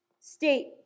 state